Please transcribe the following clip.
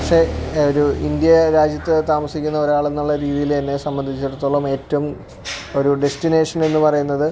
പക്ഷെ ഒരു ഇന്ത്യ രാജ്യത്ത് താമസിക്കുന്ന ഒരാളെന്നുള്ള രീതിയിലെന്നെ സംബന്ധിച്ചിടത്തോളം ഏറ്റവും ഒരു ഡെസ്റ്റിനേഷനെന്ന് പറയുന്നത്